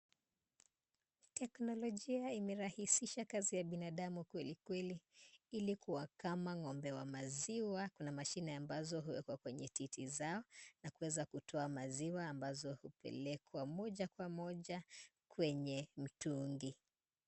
Teknolojia imerahisisha kazi ya binadamu kweli kweli, ili kuwakama ng'ombe wa maziwa, na mashini ambazo huwekwa kwenye titi zao na kuweza kutoa maziwa ambayo inapolekwa mmoja kwa mmoja kwenye mtungi.